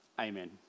Amen